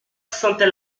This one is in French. sentait